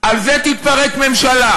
על זה תתפרק ממשלה.